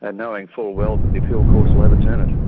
and knowing full well that the appeal courts will overturn it.